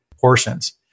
portions